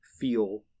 feel